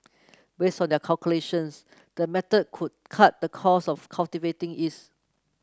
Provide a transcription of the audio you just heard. based on their calculations the method could cut the cost of cultivating yeast